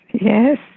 Yes